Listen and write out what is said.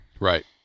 Right